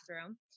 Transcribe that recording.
bathroom